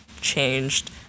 changed